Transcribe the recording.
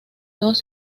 dos